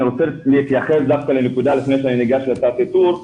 אני רוצה להתייחס לפני שאני ניגש לתת איתור,